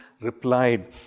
replied